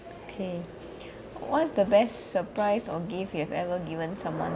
okay what is the best surprise or gift you have ever given someone